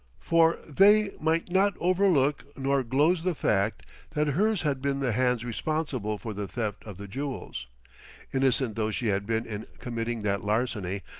for they might not overlook nor gloze the fact that hers had been the hands responsible for the theft of the jewels innocent though she had been in committing that larceny,